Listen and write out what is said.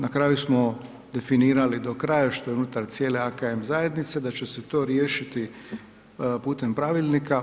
Na kraju smo definirali do kraja što je unutar cijele AKM zajednice da će se to riješiti putem pravilnika.